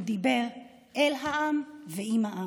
הוא דיבר אל העם ועם העם.